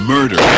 Murder